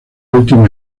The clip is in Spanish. última